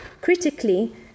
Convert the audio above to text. Critically